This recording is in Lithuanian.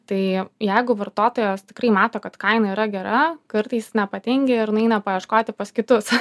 tai jeigu vartotojas tikrai mato kad kaina yra gera kartais nepatingi ir nueina paieškoti pas kitus